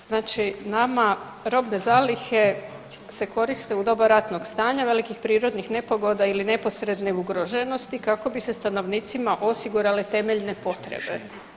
Znači nama robne zalihe se koriste u doba ratnog stanja, velikih prirodnih nepogoda ili neposredne ugroženosti kako bi se stanovnicima osigurale temeljne potrebe.